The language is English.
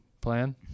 plan